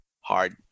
hard